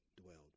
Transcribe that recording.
dwelled